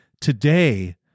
today